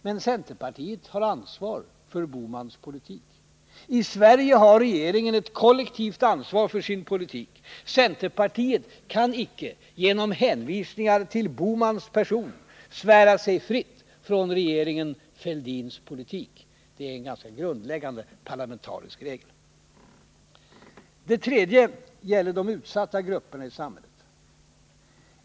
Men centerpartiet har ansvar för Bohmans politik. I Sverige har regeringen ett kollektivt ansvar för sin politik, centerpartiet kan icke genom hänvisningar till Bohmans person svära sig fritt från regeringen Fälldins politik. Det är en ganska grundläggande parlamentarisk regel. Det tredje gäller de utsatta grupperna i samhället.